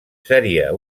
seria